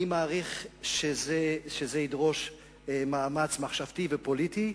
אני מעריך שזה ידרוש מאמץ מחשבתי ופוליטי,